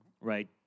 right